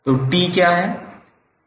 तो T क्या है